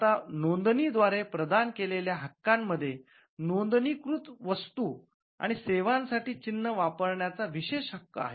आता नोंदणीद्वारे प्रदान केलेल्या हक्कानंमध्ये नोंदणीकृत वस्तू आणि सेवांसाठी चिन्ह वापरण्याचा विशेष हक्क आहे